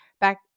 back